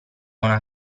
una